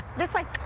this way.